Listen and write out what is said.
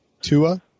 Tua